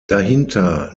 dahinter